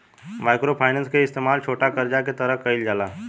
micro finance के इस्तमाल छोटा करजा के तरह कईल जाला